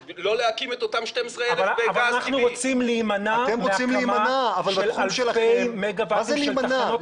אנחנו רוצים להימנע מהקמה של אלפי מגה-ואטים של תחנות כוח.